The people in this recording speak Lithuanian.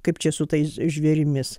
kaip čia su tais žvėrimis